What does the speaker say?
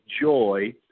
joy